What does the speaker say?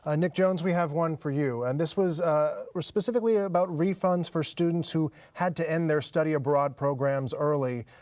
ah nick jones, we have one for you. and this was ah was specifically ah about refunds for students who had to end their study abroad programs early.